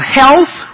health